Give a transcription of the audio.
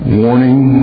warning